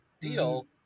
deal